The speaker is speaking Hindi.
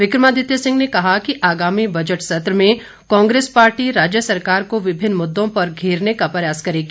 विकमादित्य सिंह ने कहा कि आगामी बजट सत्र में कांग्रेस पार्टी राज्य सरकार को विभिन्न मुददों पर घेरने का प्रयास करेगी